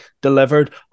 delivered